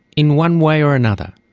in one way or another,